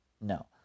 no